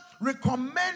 recommend